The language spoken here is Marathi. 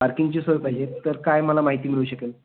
पार्किंगची सोय पाहिजे तर काय मला माहिती मिळू शकेल